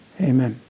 Amen